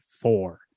four